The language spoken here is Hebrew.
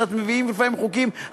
מביאים לפעמים חוקים,